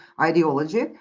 ideology